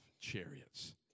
chariots